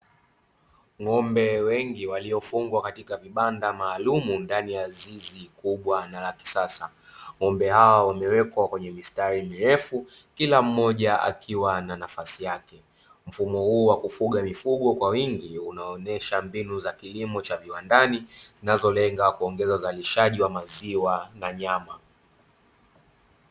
Ng'ombe wengi waliofungwa katika vibanda maalumu ndani ya zizi kubwa na la kisasa ng'ombe hawa wamewekwa kwenye mistari mirefu kila mmoja akiwa na nafasi yake, mfumo huu wa kufuga mifugo kwa wingi unaonyesha mbinu za kilimo cha viwandani zinazolenga kuongeza uzalishaji wa maziwa na nyama.